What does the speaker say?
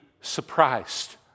surprised